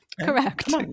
Correct